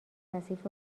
کثیف